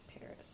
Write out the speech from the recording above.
Paris